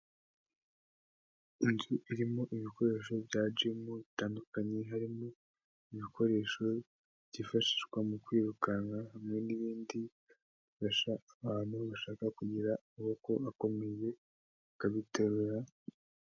Inzu irimo ibikoresho bya jimu bitandukanye, harimo ibikoresho byifashishwa mu kwirukanka hamwe n'ibindi bifasha abantu bashaka kugira amaboko akomeye bakabiterura.